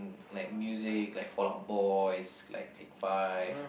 like music like Fall Out Boys like Click Five